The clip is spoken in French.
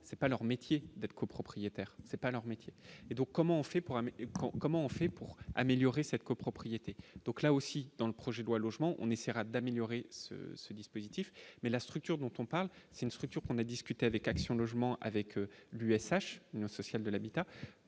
c'est pas leur métier d'être copropriétaire, c'est pas leur métier et donc comment on fait pour, mais comment on fait pour améliorer cette copropriété, donc là aussi dans le projet de loi logement on essaiera d'améliorer ce dispositif mais la structure dont on parle, c'est une structure qu'on a discuté avec Action logement avec l'USH sociale de l'habitat,